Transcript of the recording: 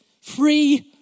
free